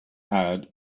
had